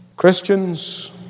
Christians